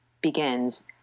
begins